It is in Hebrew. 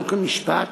חוק ומשפט.